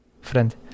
friend